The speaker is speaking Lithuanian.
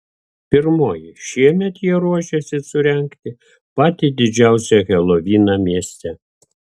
pirmoji šiemet jie ruošiasi surengti patį didžiausią helovyną mieste